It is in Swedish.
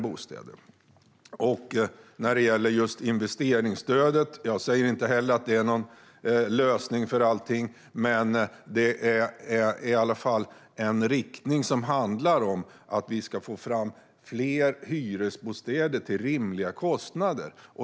Jag säger heller inte att investeringsstödet är en lösning på allting, men det är i alla fall en riktning som handlar om att vi ska få fram fler hyresbostäder till rimliga kostnader.